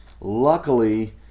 Luckily